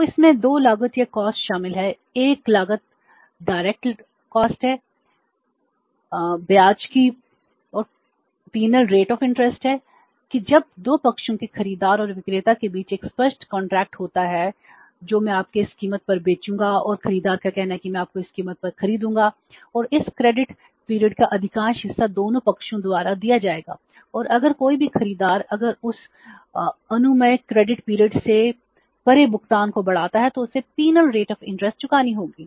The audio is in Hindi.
तो इसमें 2 लागत शामिल हैं एक लागत प्रत्यक्ष लागत है डायरेक्ट कॉस्ट चुकानी होगी